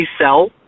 sell